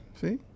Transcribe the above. see